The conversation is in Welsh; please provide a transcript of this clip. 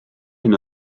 hyn